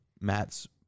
Matt's